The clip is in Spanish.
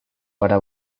para